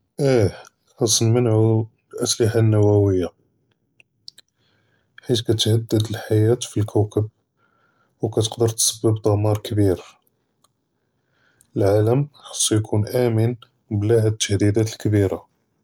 אה חַאס נַמְנְעוּ אֶלְאַסְלִחָה אֶלְנוּוּוִיָּה, בִּשְּׁוִיַת כִּתְהַדֶּד אֶלְחַיַאת פִּי אֶלְכּוֹכַב, וּכּתְקַדֵּר תְּסַבֵּב פִּי דְּמָאר כְּבִּיר, אֶלְעָלַם חַאסּוּ יְקוּן אָמֵן בְּלִי הַאדֶּה אֶלְתַּהַדִּידַאת אֶלְכְּבִּירָה.